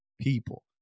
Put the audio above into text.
people